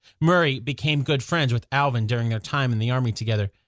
murray became good friends with alvin during their time in the army together.